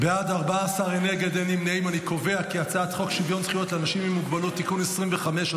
חוק שוויון זכויות לאנשים עם מוגבלות (תיקון מס' 25),